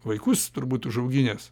vaikus turbūt užauginęs